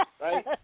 right